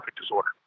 disorder